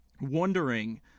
wondering